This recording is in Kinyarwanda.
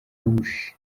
bush